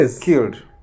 killed